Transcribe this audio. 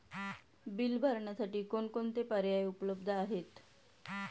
Bill भरण्यासाठी कोणकोणते पर्याय उपलब्ध आहेत?